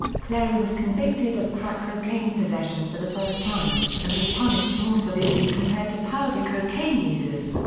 clary was convicted of crack cocaine possession for the first time, and was punished more severely compared to powder cocaine users.